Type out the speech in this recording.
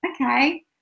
Okay